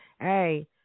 Hey